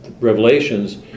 Revelations